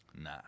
nah